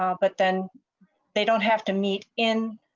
um but then they don't have to meet in